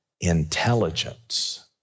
intelligence